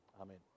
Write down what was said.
amen